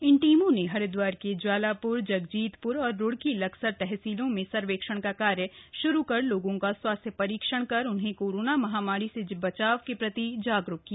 इन टीमों ने हरिद्वार के ज्वालाप्र जगजीतप्र और रूड़की लक्सर तहसीलों में सर्वेक्षण का कार्य श्रू कर लोगों का स्वास्थ्य परीक्षण कर उन्हें कोरोना महामारी से बचाव के प्रति जागरूक किया